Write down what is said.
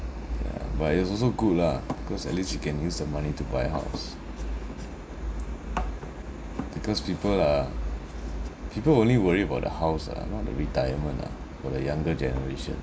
yeah but it's also good lah because at least you can use the money to buy house because people are people only worry about the house ah not the retirement ah for the younger generation